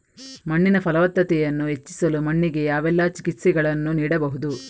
ಮಣ್ಣಿನ ಫಲವತ್ತತೆಯನ್ನು ಹೆಚ್ಚಿಸಲು ಮಣ್ಣಿಗೆ ಯಾವೆಲ್ಲಾ ಚಿಕಿತ್ಸೆಗಳನ್ನು ನೀಡಬಹುದು?